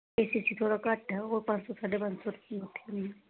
ए सी सी थोहाड़ा घट्ट ऐ ओह् कोई पंज सौ साड्डे पंज सौ रपेआ गुत्थी होनी ऐ